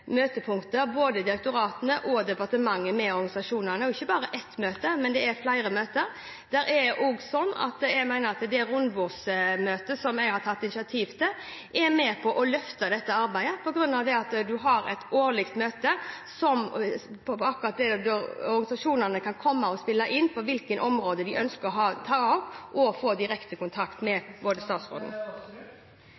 men flere møter. Jeg mener også at det rundebordsmøtet som jeg har tatt initiativ til, er med på å løfte dette arbeidet, for vi har ett årlig møte der organisasjonene kan komme og spille inn hvilke områder de ønsker å ta opp, og få direkte kontakt med